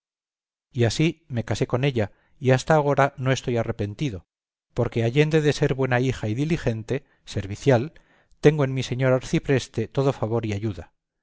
y así me casé con ella y hasta agora no estoy arrepentido porque allende de ser buena hija y diligente servicial tengo en mi señor acipreste todo favor y ayuda